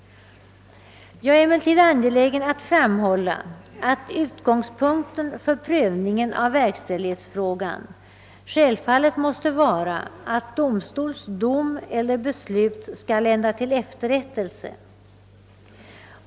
Jag är emellertid angelägen att framhålla, att utgångspunkten för prövningen av verkställighetsfrågan självfallet måste vara att domstols dom eller beslut skall lända till efterrättelse.